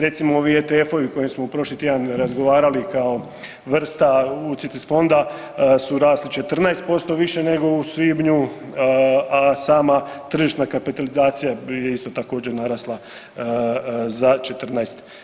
Recimo ovi ETF-ovi o kojima smo prošli tjedan razgovarali kao vrsta UCITS fonda su rasli 14% više nego u svibnju, a sama tržišna kapitalizacija je isto također narasla za 14%